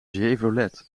chevrolet